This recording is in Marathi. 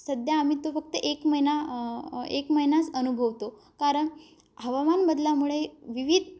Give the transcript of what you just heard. सध्या आम्ही तो फक्त एक महिना एक महिनाच अनुभवतो कारण हवामान बदल्यामुळे विविध